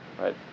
right